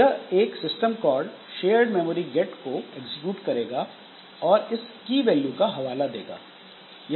यह एक system call shared memory get को एग्जीक्यूट करेगा और इस "की" वैल्यू का हवाला देगा